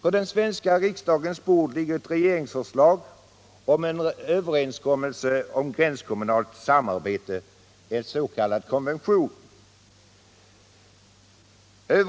På den svenska riksdagens bord ligger ett regeringsförslag om en överenskommelse beträffande gränskommunalt samarbete, en s.k. konvention.